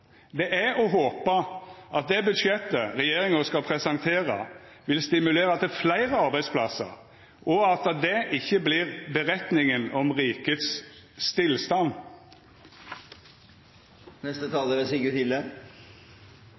Det er å håpa at det budsjettet regjeringa skal presentera, vil stimulera til fleire arbeidsplassar, og at det ikkje vert «beretningen om rikets stillstand». Trontalen ble godt mottatt. Når man i ettertid leser den, er